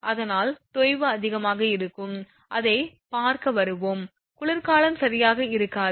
அதனால் தொய்வு அதிகமாக இருக்கும் அதைப் பார்க்க வருவோம் குளிர்காலம் சரியாக இருக்காது